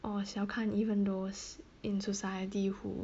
or 小看 even those in society who